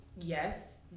yes